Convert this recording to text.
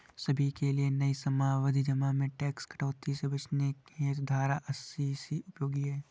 सभी के लिए नई सावधि जमा में टैक्स कटौती से बचने हेतु धारा अस्सी सी उपयोगी है